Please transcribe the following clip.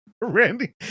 Randy